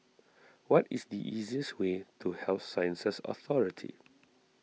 what is the easiest way to Health Sciences Authority